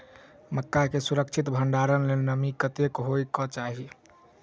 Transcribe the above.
मक्का केँ सुरक्षित भण्डारण लेल नमी कतेक होइ कऽ चाहि?